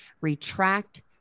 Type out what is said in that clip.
retract